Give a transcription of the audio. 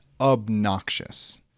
obnoxious